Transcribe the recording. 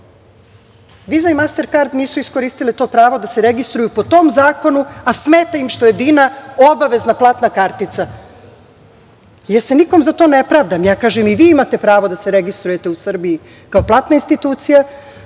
i Masterkard nisu iskoristile to pravo da se registruju po tom zakonu, a smeta im što je Dina obavezna platna kartica. Ja se nikom za to ne pravdam, ja kažem i vi imate pravo da se registrujete u Srbiji kao platna institucija,